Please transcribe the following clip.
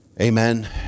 Amen